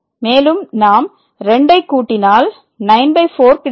மேலும் நாம் 2 ஐ கூட்டினால் 94 கிடைக்கும்